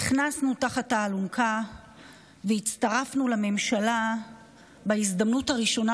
נכנסנו תחת האלונקה והצטרפנו לממשלה בהזדמנות הראשונה